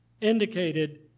indicated